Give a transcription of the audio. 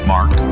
Mark